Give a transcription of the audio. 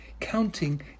Counting